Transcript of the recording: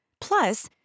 Plus